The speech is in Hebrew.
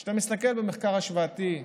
כשאתה מסתכל במחקר השוואתי,